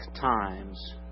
times